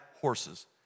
horses